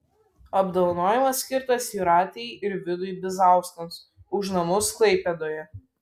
apdovanojimas skirtas jūratei ir vidui bizauskams už namus klaipėdoje